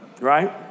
Right